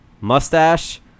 Mustache